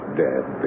dead